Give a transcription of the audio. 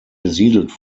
besiedelt